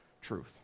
truth